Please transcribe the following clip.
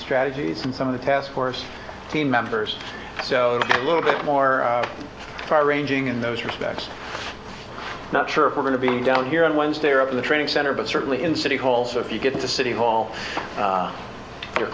strategies and some of the task force team members so a little bit more far ranging in those respects not sure if we're going to be down here on wednesday or in the training center but certainly in city hall so if you get to city hall you're